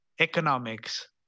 economics